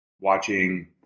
watching